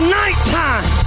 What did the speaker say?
nighttime